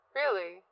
Really